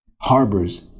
harbors